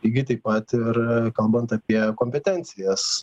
lygiai taip pat ir kalbant apie kompetencijas